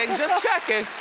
checking,